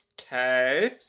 Okay